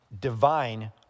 divine